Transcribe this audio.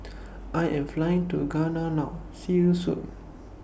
I Am Flying to Ghana now See YOU Soon